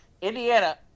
Indiana